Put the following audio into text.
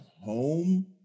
home